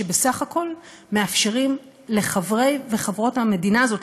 שבסך הכול מאפשרים לחברי וחברות המדינה הזאת,